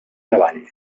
treball